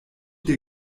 der